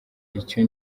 icyo